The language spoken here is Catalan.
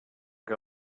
que